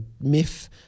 myth